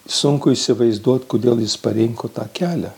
sunku įsivaizduot kodėl jis parinko tą kelią